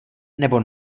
nebo